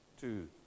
Two